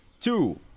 two